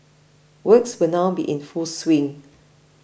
works will now be in full swing